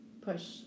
push